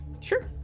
Sure